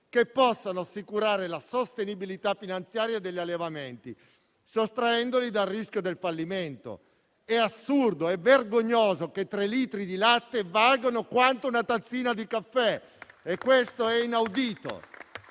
che possano assicurare la sostenibilità finanziaria degli allevamenti, sottraendoli al rischio del fallimento. È assurdo e vergognoso che tre litri di latte valgano quanto una tazzina di caffè. Questo è inaudito.